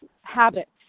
habits